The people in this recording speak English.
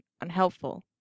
unhelpful